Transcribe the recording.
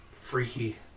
freaky